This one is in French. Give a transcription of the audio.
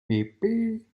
épées